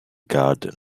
garden